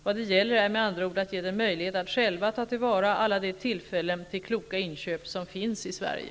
Vad det gäller är med andra ord att ge dem möjlighet att själva ta till vara alla de tillfällen till kloka inköp som finns i Sverige.